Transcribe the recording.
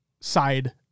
side